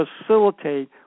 facilitate